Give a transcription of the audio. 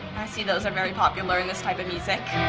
i see those are very popular in this type of music.